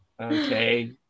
Okay